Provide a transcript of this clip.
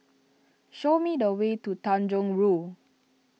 show me the way to Tanjong Rhu